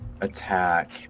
attack